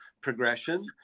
progression